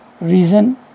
Reason